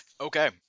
Okay